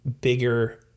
bigger